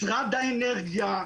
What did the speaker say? משרד האנרגיה,